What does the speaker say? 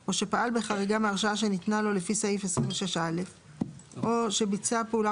או שפעל בחריגה מהרשאה שניתנה לו לפי סעיף 26א או שביצע פעולה